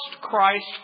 Christ